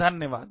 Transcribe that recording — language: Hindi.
धन्यवाद